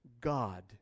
God